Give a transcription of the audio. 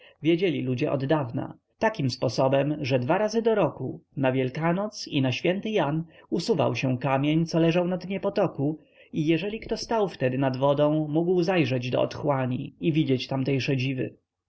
wiedzieli ludzie oddawna takim sposobem że dwa razy do roku na wielkanoc i na święty jan usuwał się kamień co leżał na dnie potoku i jeżeli kto stał wtedy nad wodą mógł zajrzeć do otchłani i widzieć tamtejsze dziwy